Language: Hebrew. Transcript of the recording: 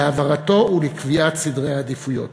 להעברתו ולקביעת סדרי העדיפויות.